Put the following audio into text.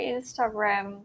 Instagram